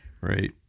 right